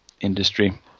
industry